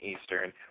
Eastern